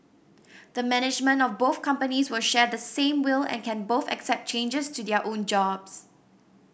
the management of both companies will share the same will and can both accept changes to their own jobs